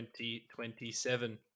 2027